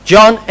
John